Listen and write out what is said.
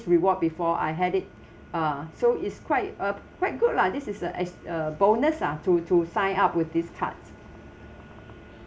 reward before I had it uh so it's quite uh quite good lah this is a as a bonus ah to to sign up with this card